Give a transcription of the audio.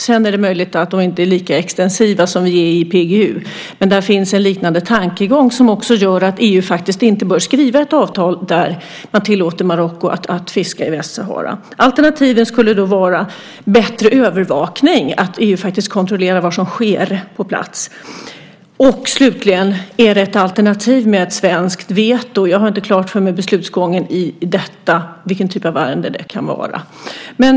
Sedan är det möjligt att de inte är lika extensiva som vi är i PGU, men där finns en liknande tankegång som gör att EU faktiskt inte bör skriva ett avtal där man tillåter Marocko att fiska i Västsahara. Ett alternativ skulle då vara bättre övervakning - att EU faktiskt kontrollerar vad som sker på plats. Och slutligen: Är ett svenskt veto ett alternativ? Jag har inte klart för mig beslutsgången i detta och vilken typ av ärende det kan vara.